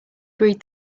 breed